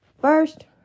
first